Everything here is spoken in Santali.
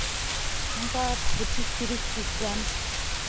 ᱚᱝᱠᱟ ᱯᱚᱸᱪᱤᱥ ᱛᱤᱨᱤᱥ ᱯᱤᱥ ᱜᱟᱱ